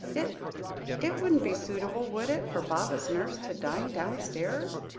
it it wouldn't be suitable, would it, for baba's nurse to dine downstairs?